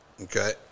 okay